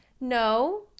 No